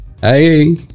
Hey